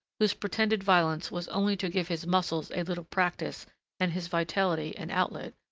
whose pretended violence was only to give his muscles a little practice and his vitality an outlet,